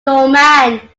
doorman